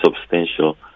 substantial